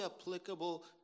applicable